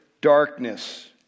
darkness